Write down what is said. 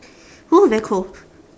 oo very cold